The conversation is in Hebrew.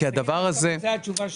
זה התשובה שלילית.